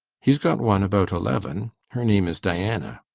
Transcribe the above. he's got one about eleven. her name is diana.